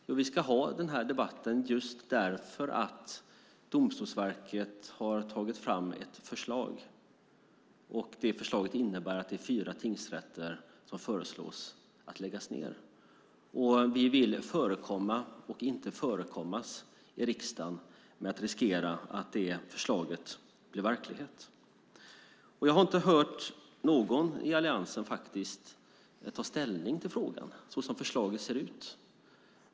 Jo, vi ska ha den här debatten just därför att Domstolsverket har tagit fram ett förslag, och det förslaget innebär att fyra tingsrätter föreslås läggas ned. Vi vill förekomma hellre än förekommas här i riksdagen, eftersom det är risk att förslaget blir verklighet. Jag har inte hört någon i Alliansen ta ställning till frågan såsom förslaget ser ut.